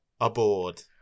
aboard